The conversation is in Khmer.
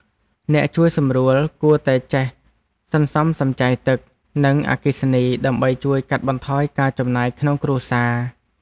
អ្នកជួយសម្រួលគួរតែចេះសន្សំសំចៃទឹក និងអគ្គិសនីដើម្បីជួយកាត់បន្ថយការចំណាយក្នុងគ្រួសារ។